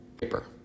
Paper